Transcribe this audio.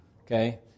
Okay